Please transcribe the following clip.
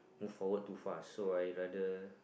move forward too far so I rather